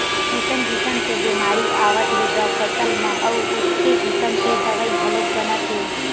किसम किसम के बेमारी आवत हे ग फसल म अउ ओतके किसम के दवई घलोक बनत हे